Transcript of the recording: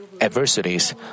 adversities